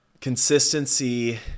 Consistency